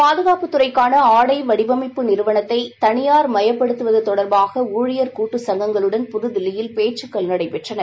பாதுகாப்புத் துறைக்காள ஆடை வடிவமைப்பு நிறுவனத்தை தனியார்மயப்படுத்துவது தொடர்பாக ஊழியர் கூட்டு சங்கங்களுடன் புதுதில்லியில் இன்று பேச்சுக்கள் நடைபெற்றன